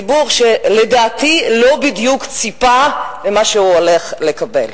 ציבור שלדעתי לא בדיוק ציפה למה שהוא הולך לקבל.